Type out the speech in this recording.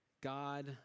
God